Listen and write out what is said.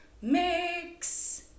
mix